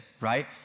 right